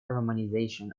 romanization